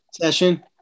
session